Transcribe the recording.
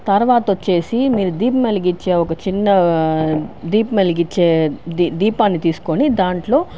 తర్వాత వచ్చేసి మీరు దీపము వెలిగించే ఒక చిన్న దీపము వెలిగించే ధీ దీపాన్ని తీసుకోని దాంట్లో